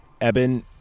Eben